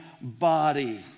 body